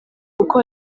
kuko